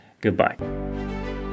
goodbye